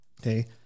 Okay